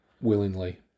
willingly